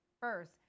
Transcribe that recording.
First